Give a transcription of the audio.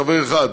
חבר אחד: